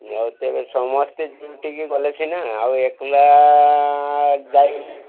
ଆଉ ତେବେ ସମସ୍ତେ ଏକଜୁଟ ହୋଇଗଲେ ସିନା ଆଉ ଏକେଲା ଯାଇକି